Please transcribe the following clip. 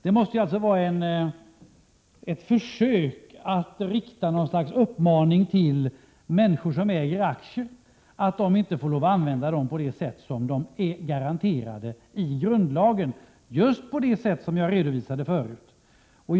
Det måste vara ett försök att rikta en uppmaning till människor som äger aktier att inte använda dem på det sätt de är garanterade rätten till genom grundlagen, nämligen just på det sätt som jag tidigare redovisade.